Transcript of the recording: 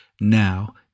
now